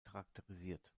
charakterisiert